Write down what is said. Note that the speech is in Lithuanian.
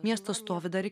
miestas stovi dar